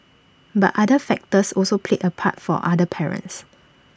but other factors also played A part for other parents